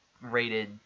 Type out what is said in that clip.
rated